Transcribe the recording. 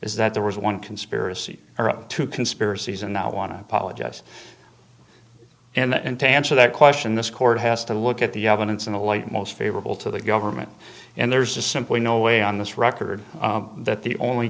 is that there was one conspiracy or two conspiracies and i want to apologize and to answer that question this court has to look at the evidence in the light most favorable to the government and there's just simply no way on this record that the only